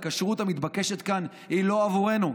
הכשרות המתבקשת כאן היא לא עבורנו,